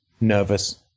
nervous